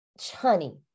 honey